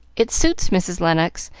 it suits mrs. lennox,